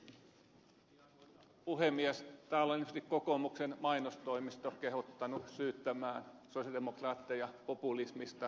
täällä on ilmeisesti kokoomuksen mainostoimisto kehottanut syyttämään sosialidemokraatteja populismista